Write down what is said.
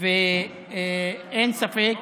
ואין ספק,